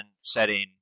setting